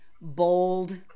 bold